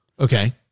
Okay